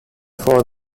for